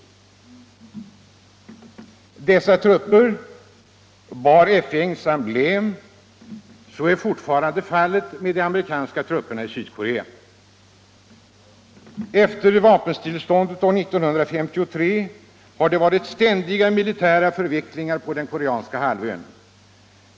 Ifrågavarande trupper bar FN:s emblem, och så är fortfarande fallet med de amerikanska trupperna i Sydkorea. Efter vapenstilleståndet år 1953 har det varit ständiga militära förvecklingar på den koreanska halvön.